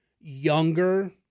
younger